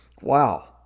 Wow